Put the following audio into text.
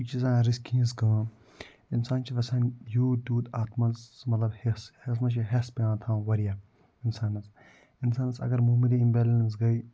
یہِ چھِ زَن رِسکہِ ۂنٛز کٲم اِنسان چھِ یژھان یوٗت تیوٗت اَتھ منٛز مطلب ہٮ۪س یَتھ منٛز چھِ ہٮ۪س پٮ۪وان تھاوُن مطلب واریاہ اِنسانَس اِنسانَس اَگر مہموٗلی یِم بٮ۪لَنٕس گٔے